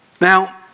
Now